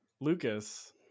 Lucas